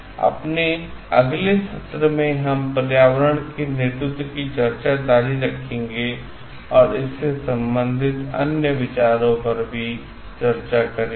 अपने अगले सत्र में हम पर्यावरण नेतृत्व की चर्चा जारी रखेंगे और हम इससे संबंधित अन्य विचारों पर भी चर्चा करेंगे